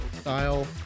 style